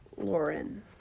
Lauren